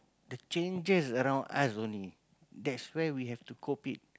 the changes around us only that's where we have to cope it